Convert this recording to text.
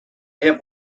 have